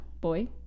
boy